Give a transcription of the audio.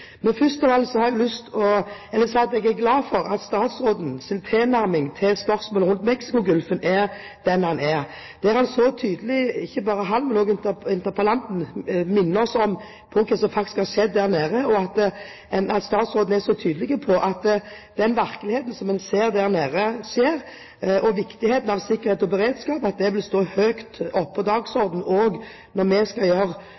Først av alt har jeg lyst til å si at jeg er glad for at statsrådens tilnærming til spørsmålet rundt Mexicogolfen er som den er. Der er han tydelig. Ikke bare han, men også interpellanten, minner oss om hva som faktisk har skjedd der nede. Statsråden er så tydelig på virkeligheten der nede, på det som skjer, at viktigheten av sikkerhet og beredskap kommer høyt opp på dagsordenen også når vi skal